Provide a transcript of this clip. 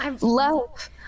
love